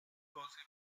possibly